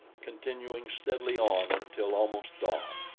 continuing steadily on until almost dawn,